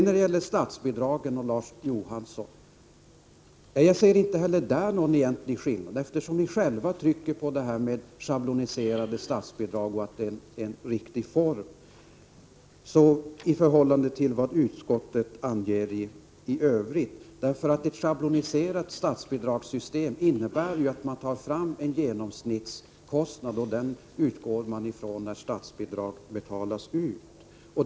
När det gäller statsbidragen vill jag till Larz Johansson säga att jag inte heller där ser någon egentlig skillnad i förhållande till vad utskottet i övrigt anger, eftersom ni själva trycker på att schabloniserade statsbidrag är en riktig form. Ett system med schabloniserade statsbidrag innebär ju att man tar fram en genomsnittskostnad, och den utgår man ifrån när statsbidrag betalas ut.